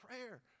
prayer